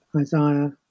Isaiah